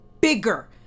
bigger